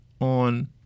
on